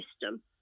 system